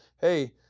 hey